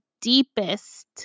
deepest